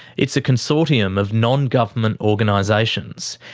it's a consortium of non-government organisations,